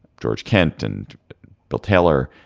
george kent and bill taylor,